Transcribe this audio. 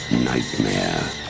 nightmare